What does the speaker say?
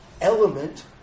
element